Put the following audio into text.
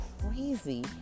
crazy